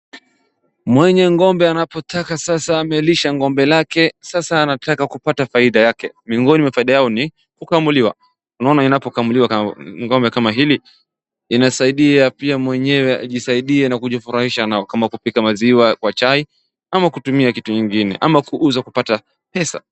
Mwenye ng'ombe anapotaka sasa amelisha ng'ombe lake sasa anataka kupata faida yake, miongoni mwa faida yao ni kukamuliwa, unaona inapokamuliwa ng'ombe kama hili inasaidia pia mwenyewe ajisaidie na kujifurahisha nayo kama kupika maziwa kwa chai ama kutumia kitu ingine, ama kuuza kupata pesa.